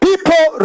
People